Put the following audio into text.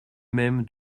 même